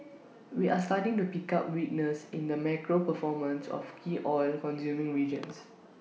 we are starting to pick up weakness in the macro performance of key oil consuming regions